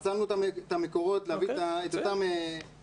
מצאנו את המקורות להביא את אותן מלגות.